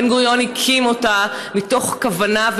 בן-גוריון הקים אותה מתוך כוונה,